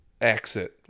Exit